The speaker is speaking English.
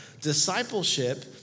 Discipleship